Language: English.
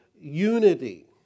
Unity